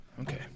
Okay